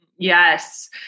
Yes